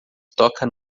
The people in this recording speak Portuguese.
toca